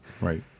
Right